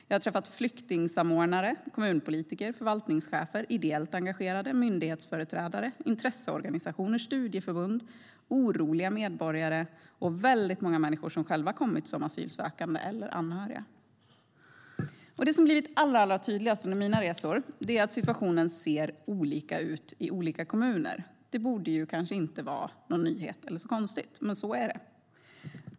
Jag har träffat flyktingsamordnare, kommunpolitiker, förvaltningschefer, ideellt engagerade, myndighetsföreträdare, intresseorganisationer, studieförbund, oroliga medborgare och väldigt många människor som själva kommit som asylsökande eller anhöriga. Det som har blivit allra tydligast under mina resor är att situationen ser olika ut i olika kommuner. Det borde inte vara någon nyhet eller något konstigt, men så är det.